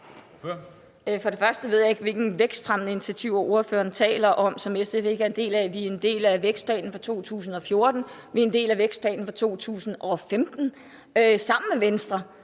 For det første ved jeg ikke, hvilke vækstfremmende initiativer ordføreren taler om, som SF ikke skulle være en del af. Vi er en del af vækstplanen fra 2014, og vi er en del af vækstplanen fra 2015 sammen med Venstre,